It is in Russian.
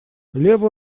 лево